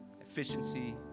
efficiency